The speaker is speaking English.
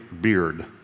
beard